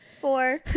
four